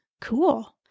Cool